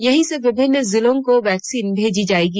यहीं से विभिन्न जिलों को वैक्सीन भेजी जाएगी